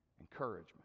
encouragement